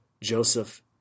Joseph